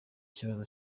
kizaba